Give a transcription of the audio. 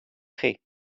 chi